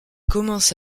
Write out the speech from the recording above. commence